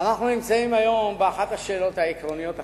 אנחנו נמצאים היום באחת השאלות העקרוניות החשובות.